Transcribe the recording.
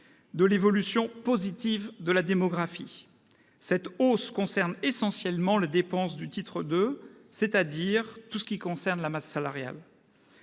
de l'évolution positive de la démographie. Cette hausse concerne essentiellement les dépenses du titre 2, c'est-à-dire la masse salariale.